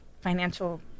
financial